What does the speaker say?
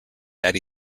that